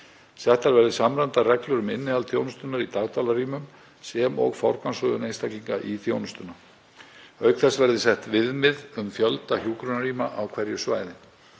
Settar verði samræmdar reglur um innihald þjónustunnar í dagdvalarrýmum sem og forgangsröðun einstaklinga í þjónustuna. Auk þess verði sett viðmið um fjölda hjúkrunarrýma á hverju svæði.